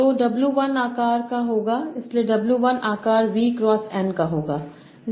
तो W 1 आकार का होगा इसलिए W 1 आकार V क्रॉस N का होगा